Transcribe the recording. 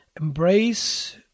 embrace